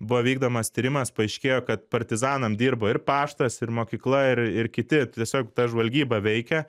buvo vykdomas tyrimas paaiškėjo kad partizanam dirbo ir paštas ir mokykla ir ir kiti tiesiog ta žvalgyba veikė